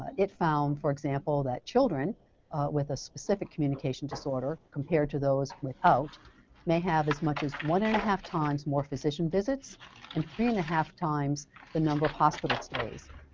it found, for example, that children with a specific communication disorder compared to those without may have as much as one-and-a-half times more physician visits and three and a half times the number of hospital visits.